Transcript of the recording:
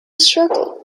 circle